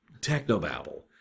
technobabble